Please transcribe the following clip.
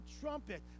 trumpet